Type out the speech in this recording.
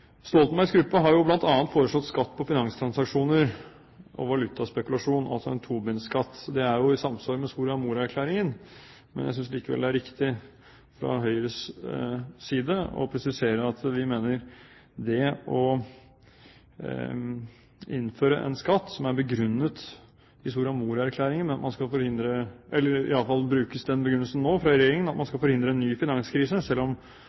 Stoltenbergs gruppe har bl.a. foreslått skatt på finanstransaksjoner og valutaspekulasjoner, altså en Tobin-skatt. Det er i samsvar med Soria Moria-erklæringen, men jeg synes likevel det er riktig fra Høyres side å presisere at det å innføre en skatt som i Soria Moria-erklæringen er begrunnet med at man skal forhindre en ny finanskrise – iallfall brukes den begrunnelsen nå fra regjeringen – selv om